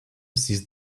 seized